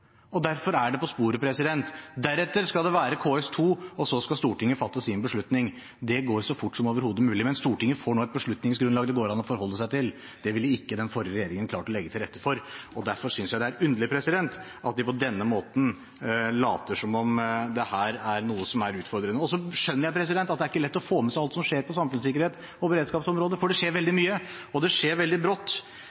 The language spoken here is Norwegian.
og derfor er det på sporet. Deretter skal det være KS2, og så skal Stortinget fatte sin beslutning. Det går så fort som overhodet mulig, men Stortinget får nå et beslutningsgrunnlag som det går an å forholde seg til. Det ville ikke den forrige regjeringen ha klart å legge til rette for, og derfor synes jeg det er underlig at de på denne måten later som om det her er noe som er utfordrende. Og så skjønner jeg at det ikke er lett å få med seg alt som skjer på samfunnssikkerhets- og beredskapsområdet for det skjer veldig mye, og det skjer veldig